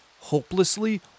hopelessly